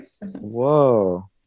whoa